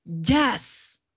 yes